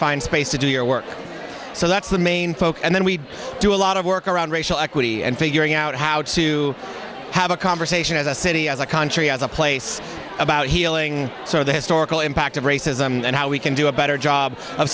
find space to do your work so that's the main focus and then we do a lot of work around racial equity and figuring out how to have a conversation as a city as a country as a place about healing so the historical impact of racism and how we can do a better job of